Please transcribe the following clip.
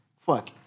fuck